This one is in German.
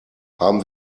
haben